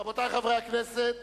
רבותי חברי הכנסת,